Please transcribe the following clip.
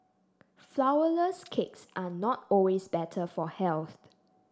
flourless cakes are not always better for health